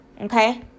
Okay